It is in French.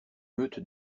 meute